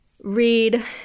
read